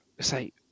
say